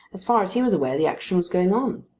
as far as he was aware the action was going on.